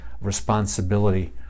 responsibility